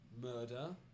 murder